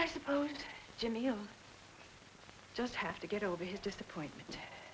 i suppose jimmy i'm just have to get over his disappointment